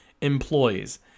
employees